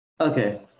Okay